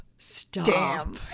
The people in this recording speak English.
stop